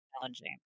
challenging